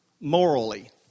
morally